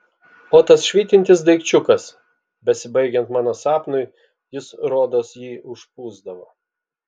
o tas švytintis daikčiukas besibaigiant mano sapnui jis rodos jį užpūsdavo